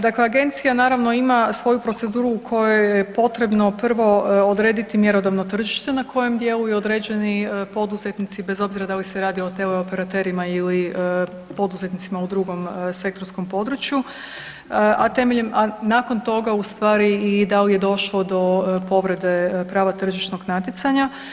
Dakle, agencija naravno ima svoju proceduru u kojoj je potrebno prvo odrediti mjerodavno tržište na koje dijelu je određeni poduzetnici bez obzira da li se radi o teleoperaterima ili poduzetnicima u drugom sektorskom području, a temeljem, a nakon toga u stvari i da li je došlo do povrede prava tržišnog natjecanja.